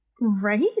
right